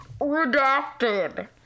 redacted